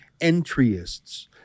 entryists